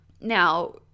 Now